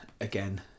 again